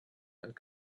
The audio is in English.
and